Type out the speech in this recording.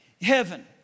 heaven